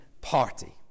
party